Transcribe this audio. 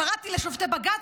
קראתי לשופטי בג"ץ,